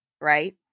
Right